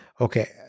Okay